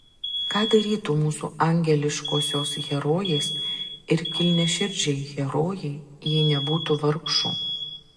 ką darytų mūsų angeliškosios herojės ir kilniaširdžiai herojai jei nebūtų vargšų